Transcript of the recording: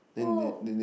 !woah!